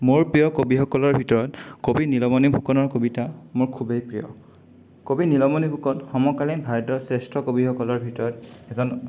মোৰ প্ৰিয় কবিসকলৰ ভিতৰত কবি নীলমণি ফুকনৰ কবিতা মোৰ খুবেই প্ৰিয় কবি নীলমণি ফুকন সমকালীন ভাৰতৰ শ্ৰেষ্ঠ কবিসকলৰ ভিতৰত এজন